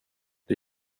det